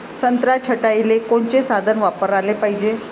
संत्रा छटाईले कोनचे साधन वापराले पाहिजे?